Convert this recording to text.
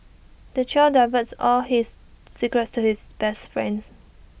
the child divulges all his secrets to his best friends